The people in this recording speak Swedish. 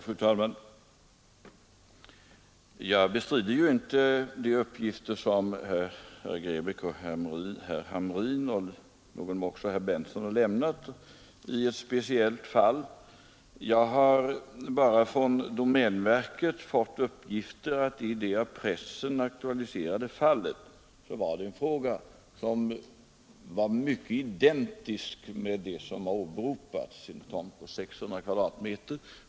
Fru talman! Jag bestrider inte de uppgifter som herrar Grebäck, Hamrin och i viss mån Berndtson i Linköping lämnat i ett speciellt fall. Från domänverket har jag bara fått uppgifter om att det i det av pressen aktualiserade fallet gällde en fråga som var mycket identisk med vad som har åberopats — en tomt på 600 m?.